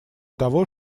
того